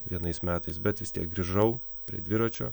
vienais metais bet vis tiek grįžau prie dviračio